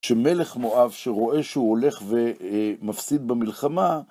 כשמלך מואב שרואה שהוא הולך ומפסיד במלחמה,